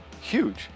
huge